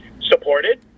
supported